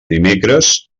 dimecres